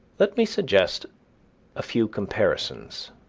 let me suggest a few comparisons,